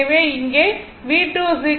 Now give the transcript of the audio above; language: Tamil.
எனவே இங்கே V2 I Z2 மற்றும் V3 I Z3